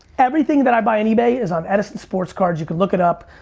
everything that i buy on ebay is on edison sports cards, you can look it up.